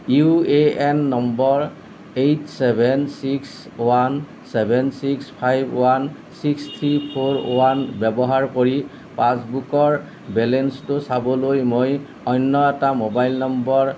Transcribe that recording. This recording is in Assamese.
UAN number eight seven six one seven six five one six three four one ব্যৱহাৰ কৰি পাছবুকৰ বেলেঞ্চটো চাবলৈ মই অন্য এটা মোবাইল নম্বৰ